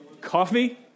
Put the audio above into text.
Coffee